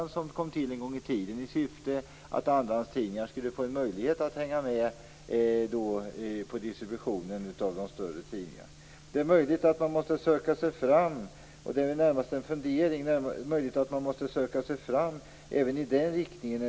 Det systemet kom till en gång i tiden i syfte att ge andrahandstidningar en möjlighet att hänga med på distributionen av de större tidningarna. Det är möjligt att man när det gäller den nya tekniken - detta är närmast en fundering - måste söka sig fram i nämnda riktning.